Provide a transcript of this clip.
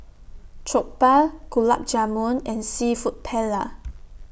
Jokbal Gulab Jamun and Seafood Paella